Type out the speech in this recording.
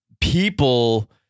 people-